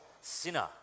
sinner